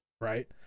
right